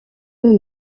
eux